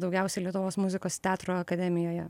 daugiausiai lietuvos muzikos teatro akademijoje